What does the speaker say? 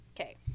okay